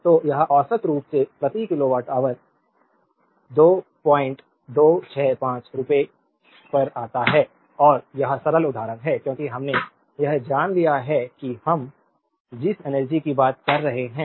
तो यह औसत रूप से प्रति किलोवाट ऑवर 2265 रुपये पर आता है और यह सरल उदाहरण है क्योंकि हमने यह जान लिया है कि हम जिस एनर्जी की बात कर रहे हैं